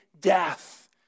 death